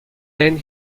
then